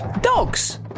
Dogs